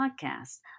Podcast